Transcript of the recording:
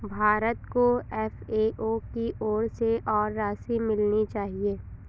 भारत को एफ.ए.ओ की ओर से और राशि मिलनी चाहिए